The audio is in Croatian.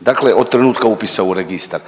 dakle od trenutka upisa u registar.